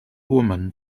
woman